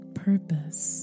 purpose